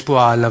יש פה העלבה,